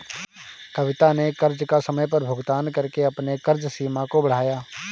कविता ने कर्ज का समय पर भुगतान करके अपने कर्ज सीमा को बढ़ाया